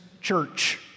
church